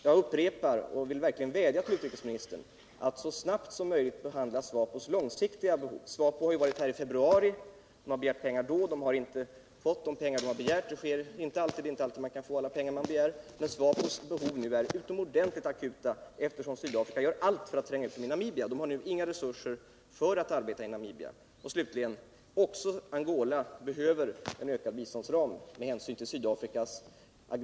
Jag upprepar vad jag sagt och vill verkligen vädja till utrikesministern att så snabbt som möjligt behandla frågan om SWAPO:s långsiktiga stöd. Ombud för SWAPO har ju varit här i februari och då begärt pengar men inte fått de medel som begärdes. Det är visserligen inte alltid man kan få alla pengar som man begär, men SWAPO:s behov är nu utomordentligt akuta, eftersom Sydafrika gör allt för att tränga ut SVAPO ur Namibia och SWAPO saknar resurser för att arbeta i Namibia. Slutligen: Också Angola behöver en vidgad biståndsram med hänsyn till Sydafrikas aggression mot Angola.